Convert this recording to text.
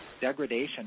degradation